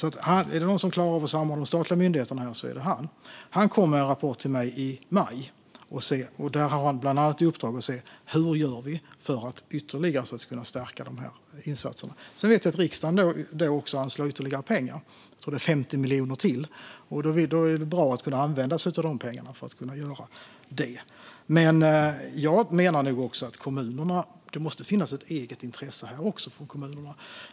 Om det är någon som klarar av att samordna statliga myndigheter är det han. Han kommer med en rapport till mig i maj. Han har bland annat i uppdrag att se hur vi ska göra för att ytterligare stärka insatserna. Sedan vet vi att riksdagen har anslagit ytterligare pengar - jag tror att det är 50 miljoner till. Då är det bra att vi kan använda oss av dessa pengar för att kunna göra detta. Jag menar att det måste finnas ett eget intresse hos kommunerna.